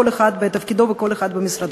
כל אחד בתפקידו וכל אחד במשרדו.